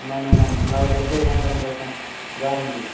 نہ نہ نہ اتھ گٚے ہَنڈرنٛڈ پٔرسٛنٹ گارَنٹی